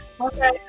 Okay